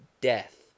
death